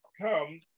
come